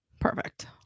Perfect